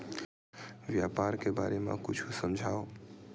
व्यापार के बारे म कुछु समझाव?